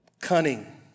Cunning